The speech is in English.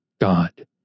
God